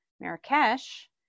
Marrakesh